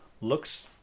looks